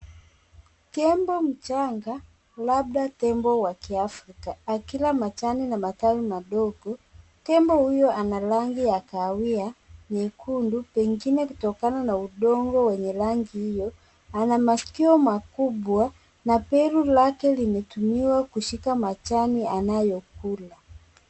Tembo mchanga, labda tembo wa kiafrika akila majani makavu madogo. Tembo huyo ana rangi ya kahawia nyekundu, pengine kutokana na udongo wenye rangi hiyo. Ana maskio makubwa na pua lake limetumiwa kushika majani anayokula.